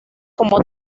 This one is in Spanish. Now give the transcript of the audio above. como